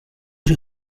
sei